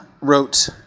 wrote